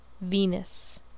Venus